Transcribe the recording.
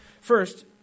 First